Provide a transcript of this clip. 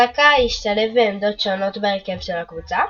סאקה השתלב בעמדות שונות בהרכב של הקבוצה,